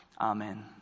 Amen